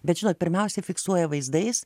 bet žinot pirmiausiai fiksuoja vaizdais